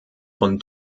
von